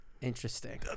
interesting